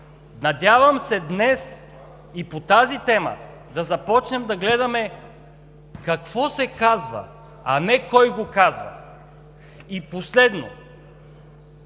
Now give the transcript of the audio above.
Надявам се днес и по тази тема да започнем да гледаме какво се казва, а не кой го казва. И последно,